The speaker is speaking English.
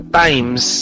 times